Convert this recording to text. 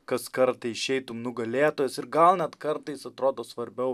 kas kartą išeitum nugalėtojas ir gal net kartais atrodo svarbiau